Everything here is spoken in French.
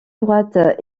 droite